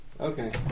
Okay